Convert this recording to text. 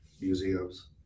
museums